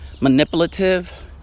manipulative